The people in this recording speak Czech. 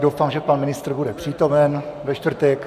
Doufám, že pan ministr bude přítomen ve čtvrtek.